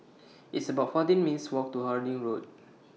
It's about fourteen minutes' Walk to Harding Road